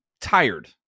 tired